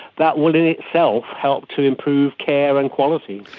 that will in itself help to improve care and quality.